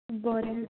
बरें